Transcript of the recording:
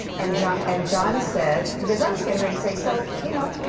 and jon and jon said because i was getting ready to say, so, you know,